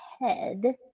head